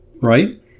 right